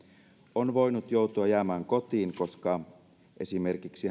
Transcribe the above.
on voinut joutua jäämään kotiin koska esimerkiksi